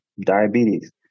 diabetes